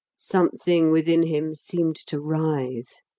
something within him seemed to writhe.